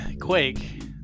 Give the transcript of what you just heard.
Quake